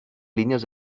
líneas